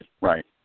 Right